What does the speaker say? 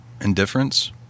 indifference